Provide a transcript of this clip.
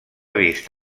vist